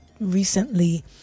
recently